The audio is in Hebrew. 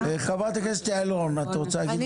חברת הכנסת יעל רון בן משה, בבקשה.